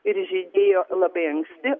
ir žydėjo labai anksti